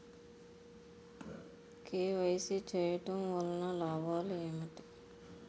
KYC చేయటం వలన లాభాలు ఏమిటి?